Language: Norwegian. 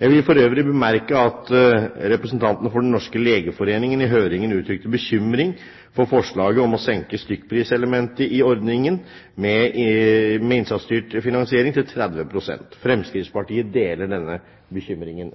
Jeg vil for øvrig bemerke at representanten for Den norske legeforening i høringen uttrykte bekymring for forslaget om å senke stykkpriselementet i ordningen med innsatsstyrt finansiering til 30 pst. Fremskrittspartiet deler denne bekymringen.